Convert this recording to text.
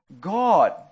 God